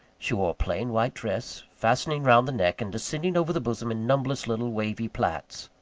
she wore a plain white dress fastening round the neck, and descending over the bosom in numberless little wavy plaits.